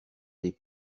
des